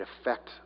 affect